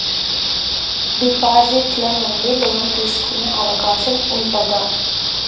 Deposit ల నుండి loan తీసుకునే అవకాశం ఉంటదా?